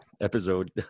episode